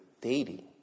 dating